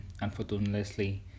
unfortunately